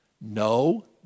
no